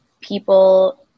people